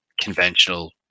conventional